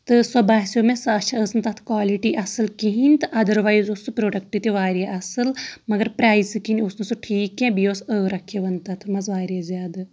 تہٕ سۄ باسیو مےٚ سۄ سۄ چھِ ٲس نہٕ تَتھ کالِٹی اَصٕل کِہیٖنۍ تہٕ اَدَر وایِز اوس سُہ پرٛوڈَکٹ تہِ واریاہ اَصٕل مگر پرٛایِزٕ کِنۍ اوس نہٕ سُہ ٹھیٖک کینٛہہ بیٚیہِ اوس ٲرَکھ یِوان تَتھ منٛز واریاہ زیادٕ